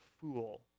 fool